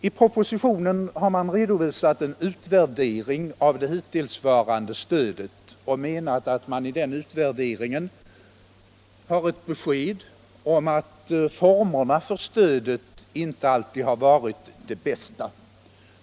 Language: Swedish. I propositionen har man redovisat en utvärdering av det hittillsvarande stödet och menat att man i den utvärderingen har ett besked om att formerna för stödet inte alltid har varit de bästa.